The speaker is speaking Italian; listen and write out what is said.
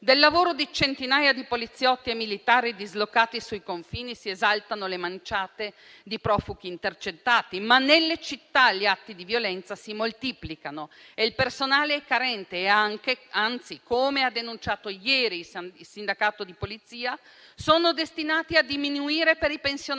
Del lavoro di centinaia di poliziotti e militari dislocati sui confini si esaltano le manciate di profughi intercettati, ma nelle città gli atti di violenza si moltiplicano e il personale è carente. Anzi, come ha denunciato ieri il sindacato di Polizia, sono destinati a diminuire per i pensionamenti,